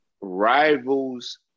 rival's